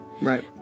Right